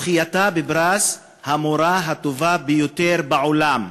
בפרס המורה הטובה ביותר בעולם.